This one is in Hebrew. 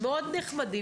מאוד נחמד,